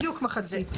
בדיוק מחצית.